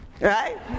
right